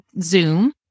Zoom